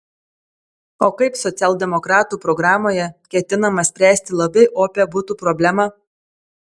o kaip socialdemokratų programoje ketinama spręsti labai opią butų problemą